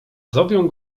zowią